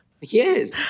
Yes